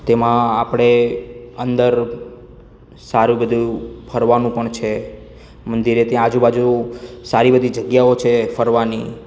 તેમાં આપણે અંદર સારુ બધું ફરવાનું પણ છે મંદિરેથી અજુબાજ સારી બધી જગ્યાઓ પણ છે ફરવાની